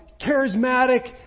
charismatic